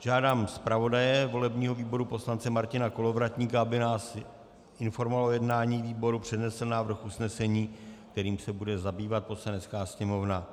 Žádám zpravodaje volebního výboru poslance Martina Kolovratníka, aby nás informoval o jednání výboru, přednesl návrh usnesení, kterým se bude zabývat Poslanecká sněmovna.